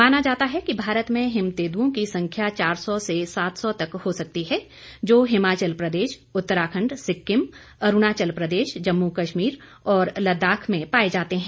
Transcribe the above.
माना जाता है कि भारतमें हिम तेंदुओं की संख्या चार सौ से सात सौ तक हो सकती है जो हिमाचल प्रदेश उत्तराखंड सिक्किम अरूणाचल प्रदेश जम्मू कश्मीर और लद्दाख में पाये जाते हैं